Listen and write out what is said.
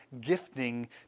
gifting